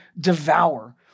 devour